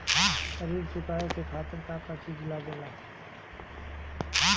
ऋण चुकावे के खातिर का का चिज लागेला?